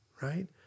right